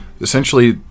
Essentially